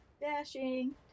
Dashing